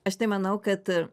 aš tai manau kad